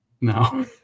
No